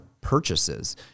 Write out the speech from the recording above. purchases